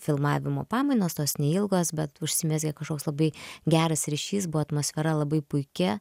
filmavimo pamainos tos neilgos bet užsimezgė kažkoks labai geras ryšys buvo atmosfera labai puiki